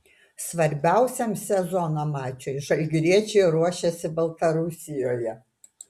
svarbiausiam sezono mačui žalgiriečiai ruošiasi baltarusijoje